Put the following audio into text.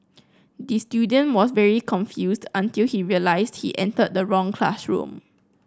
the student was very confused until he realised he entered the wrong classroom